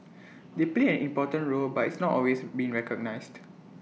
they played important role but it's not always been recognised